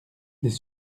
des